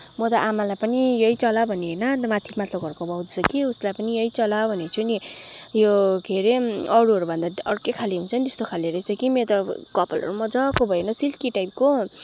म त आमालाई पनि यही चला भन्ने होइन अनि माथि माथिल्लो घरको भाउज्यू छ कि उसलाई पनि यही चला भनेको छु नि यो के अरे अरूहरूभन्दा अर्कै खाले हुन्छ नि त्यस्तो खाले रहेछ कि मेरो त कपालहरू मजाको भयो होइन सिल्की टाइपको